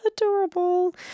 adorable